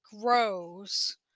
grows